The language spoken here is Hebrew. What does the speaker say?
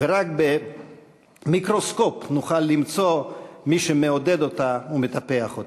ורק במיקרוסקופ נוכל למצוא מי שמעודד אותה ומטפח אותה.